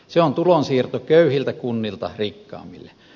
se on tulonsiirto köyhiltä kunnilta rikkaammille